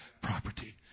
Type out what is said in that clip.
property